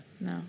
No